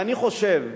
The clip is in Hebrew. ואני חושב,